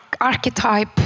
archetype